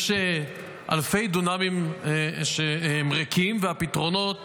יש אלפי דונמים ריקים, והפתרונות